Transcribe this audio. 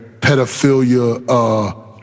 pedophilia